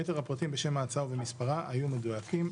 יתר הפרטים בשם ההצעה ובמספרה היו מדויקים.